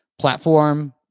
platform